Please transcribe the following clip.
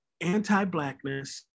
anti-blackness